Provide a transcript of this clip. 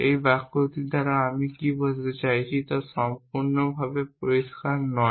এই বাক্যটি দ্বারা আমি কী বোঝাতে চাইছি তা সম্পূর্ণরূপে পরিষ্কার নয়